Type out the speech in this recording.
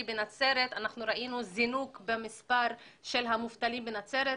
בנצרת ראינו זינוק במספר המובטלים בנצרת,